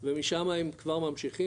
ומשמה הם כבר ממשיכים,